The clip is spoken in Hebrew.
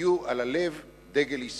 יהיה על הלב דגל ישראל.